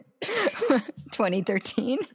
2013